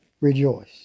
rejoice